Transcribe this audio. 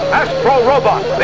astro-robot